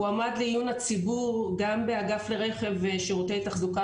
הועמד לעיון הציבור גם באגף לרכב שירותי תחזוקה